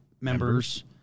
Members